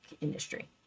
industry